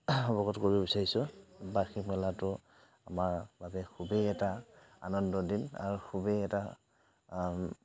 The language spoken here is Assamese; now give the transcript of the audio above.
অৱগত কৰিব বিচাৰিছোঁ বাৰ্ষিক মেলাটো আমাৰ বাবে খুবেই এটা আনন্দৰ দিন আৰু খুবেই এটা